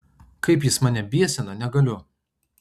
kaip jis mane biesina negaliu